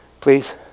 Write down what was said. please